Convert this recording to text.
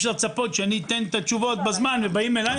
אפשר לצפות שאני אתן את התשובות בזמן ובאים אליי --- אבל